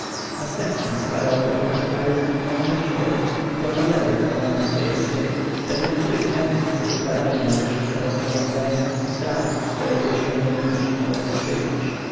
następnie składał bogom ofiary z wina i kadzideł i opowiadał kapłanom swoje sny wedle których mędrcy układali najwyższe rozporządzenia w sprawach które jego świątobliwość miał rozstrzygać